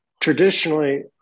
Traditionally